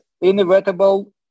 inevitable